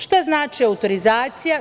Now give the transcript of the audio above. Šta znači autorizacija?